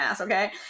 okay